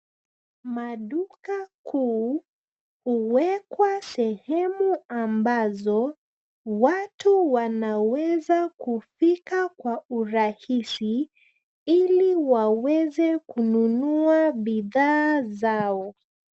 Maduka kuu huwekwa sehemu ambazo watu wanaweza kufika kwa urahisi ili waweze kununua bidhaa zao.